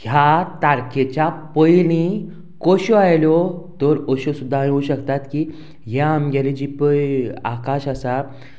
ह्या तारखेच्या पयलीं कश्यो आयल्यो तर अश्यो सुद्दां हांवेन येवं शकतात की ह्या आमगेले जी पय आकाश आसा